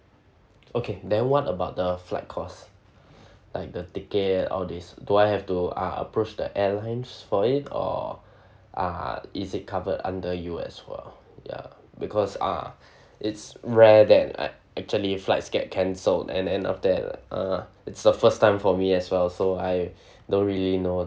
okay then what about the flight cost like the ticket all this do I have to uh approach the airlines for it or uh is it covered under you as well yeah because uh it's rare that I actually flights get cancelled and then after that uh it's the first time for me as well so I don't really know